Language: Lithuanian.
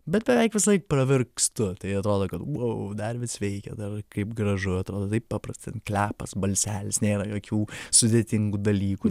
bet beveik visai pravirkstu tai rodo kad vau dar vis veikia dar kaip gražu atrodo taip paprasta klepas balselis nėra jokių sudėtingų dalykų